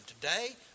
today